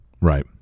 Right